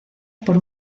por